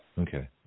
Okay